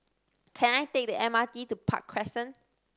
can I take the M R T to Park Crescent